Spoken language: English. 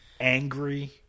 angry